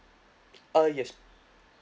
uh yes